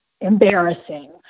embarrassing